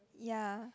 ya